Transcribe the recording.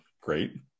great